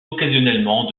occasionnellement